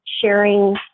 sharing